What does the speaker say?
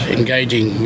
engaging